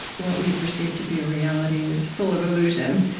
what we perceive to be reality is full of illusion,